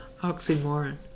oxymoron